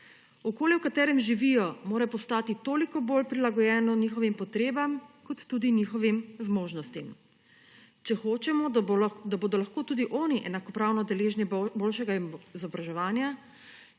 Okolje, v katerem živijo, mora postati toliko bolj prilagojeno njihovim potrebam kot tudi njihovim zmožnosti, če hočemo, da bodo lahko tudi oni enakopravni, deležni boljšega izobraževanja,